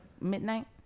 midnight